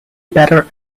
better